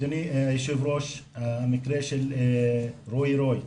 אדוני היושב ראש, המקרה של רועי רוי,